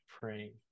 praying